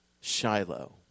Shiloh